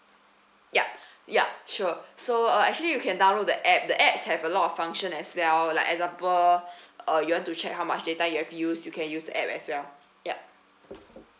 yup yup sure so uh actually you can download the app the apps have a lot of function as well like example uh you want to check how much data you have used you can use the app as well yup